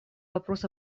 вопрос